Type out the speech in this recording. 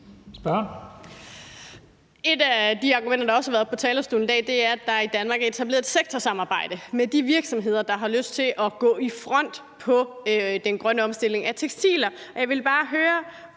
Et af de argumenter, der også har været på talerstolen i dag, er, at der i Danmark er etableret et sektorsamarbejde med de virksomheder, der har lyst til at gå i front på den grønne omstilling af tekstiler. Jeg vil bare høre,